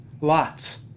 lots